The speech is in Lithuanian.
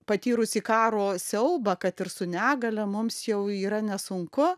patyrusį karo siaubą kad ir su negalia mums jau yra nesunku